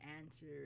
answer